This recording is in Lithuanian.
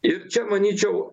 ir čia manyčiau